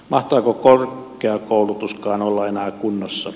mahtaako korkeakoulutuskaan olla enää kunnossa